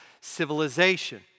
civilization